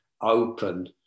open